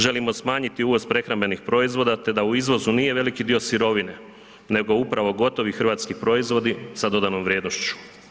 Želimo smanjiti uvoz prehrambenih proizvoda te da u izvozu nije veliki dio sirovine nego upravo gotovi hrvatski proizvodi sa dodanom vrijednošću.